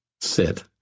Sit